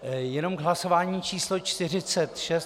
Jenom k hlasování číslo 46.